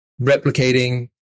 replicating